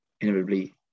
inevitably